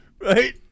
right